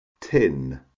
tin